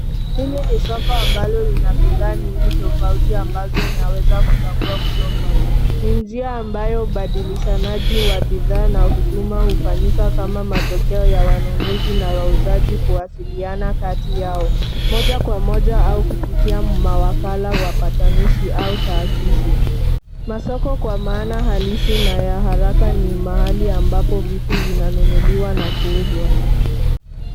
Hili ni soko ambalo lina bidhaa nyingi tofauti ambazo unaweza kuchagua kutoka, ni njia ambayo ubadilishanaji wa bidhaa na huduma hufanyika kama matokea ya wanunuzi na wauzaji kuwasiliana kati yao, moja kwa moja au kupitia mawakala wapatanishi au taasisi, masoko kwa maana halisi na ya haraka ni mahali ambapo vitu vinanunuliwa na kuuzwa.